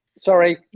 Sorry